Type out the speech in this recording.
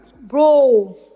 bro